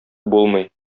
булмый